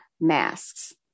masks